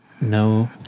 No